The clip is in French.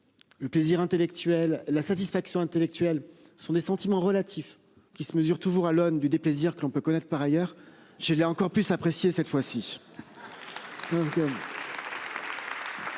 Le plaisir intellectuel la satisfaction intellectuelle ce sont des sentiments relatif qui se mesure toujours à l'aune du déplaisir que l'on peut connaître par ailleurs j'ai encore plus apprécié cette fois-ci.